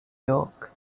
york